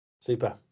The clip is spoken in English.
Super